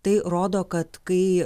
tai rodo kad kai